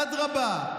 אדרבה,